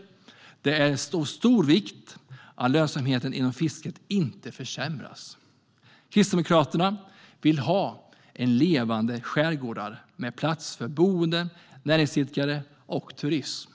Det är av stor vikt att lönsamheten inom fisket inte försämras. Kristdemokraterna vill ha levande skärgårdar med plats för boende, näringsidkare och turism.